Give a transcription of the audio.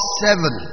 seven